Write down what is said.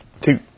Two